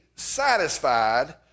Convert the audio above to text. Satisfied